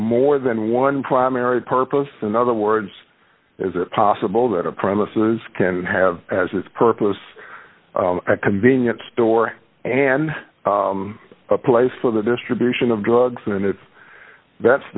more than one primary purpose in other words is it possible that a premises can have as its purpose a convenience store and a place for the distribution of drugs and if that's